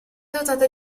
dotata